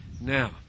Now